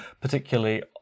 particularly